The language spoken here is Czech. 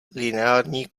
lineární